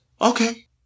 Okay